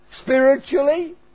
spiritually